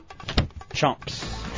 Chomps